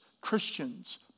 Christians